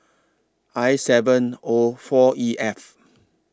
I seven O four E F